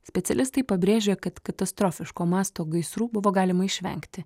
specialistai pabrėžia kad katastrofiško masto gaisrų buvo galima išvengti